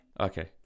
Okay